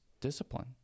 discipline